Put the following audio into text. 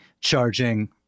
charging